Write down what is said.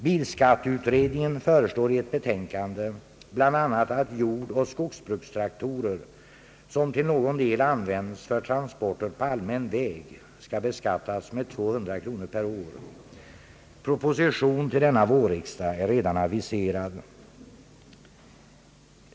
Bilskatteutredningen föreslår i ett betänkande bland annat, att jordoch skogsbrukstraktorer, som till någon del används för transporter på allmän väg, skall beskattas med 200 kronor per år. Proposition till denna vårriksdag är redan aviserad.